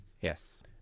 yes